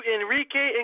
Enrique